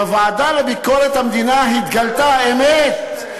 בוועדה לביקורת המדינה התגלתה האמת.